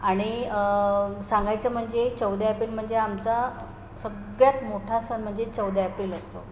आणि सांगायचं म्हणजे चौदा एप्रिल म्हणजे आमचा सगळ्यात मोठा सण म्हणजे चौदा एप्रिल असतो